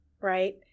right